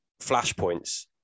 flashpoints